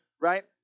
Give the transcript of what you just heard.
right